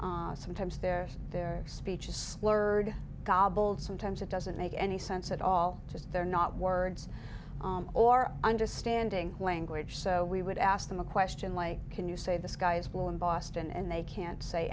it sometimes there's their speech is slurred gobbled sometimes it doesn't make any sense at all just they're not words or understanding language so we would ask them a question like can you say the sky is blue in boston and they can't say